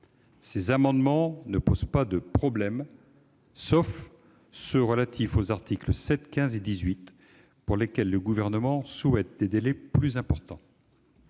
Ces amendements ne posent pas de problème, sauf ceux qui sont relatifs aux articles 7, 15 et 18, pour lesquels le Gouvernement souhaite des délais plus importants.